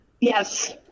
Yes